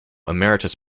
emeritus